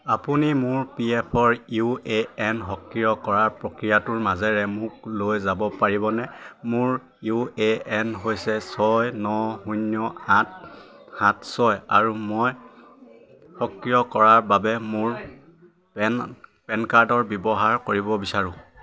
আপুনি মোৰ P F U A N সক্ৰিয় কৰাৰ প্ৰক্ৰিয়াটোৰ মাজেৰে মোক লৈ যাব পাৰিবনে মোৰ ইউ এ এন হৈছে ছয় ন শূন্য আঠ সাত ছয় আৰু মই সক্ৰিয় কৰাৰ বাবে মোৰ পেন পেন কাৰ্ড ব্যৱহাৰ কৰিব বিচাৰোঁ